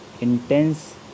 intense